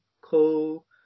cool